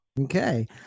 Okay